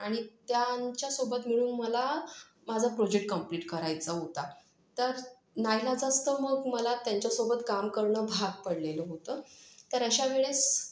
आणि त्यांच्या सोबत मिळून मला माझा प्रोजेक्ट कम्प्लीट करायचा होता तर नाईलाजास्तव मग मला त्यांच्यासोबत काम करणं भाग पडलेलं होतं तर अशा वेळेस